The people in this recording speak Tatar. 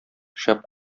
шәп